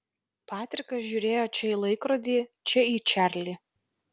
patrikas žiūrėjo čia į laikrodį čia į čarlį